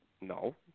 No